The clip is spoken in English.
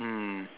um